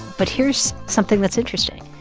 but here's something that's interesting.